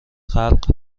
خلق